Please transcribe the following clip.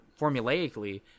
formulaically